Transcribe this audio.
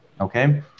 okay